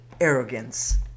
arrogance